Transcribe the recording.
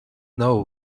know